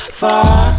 far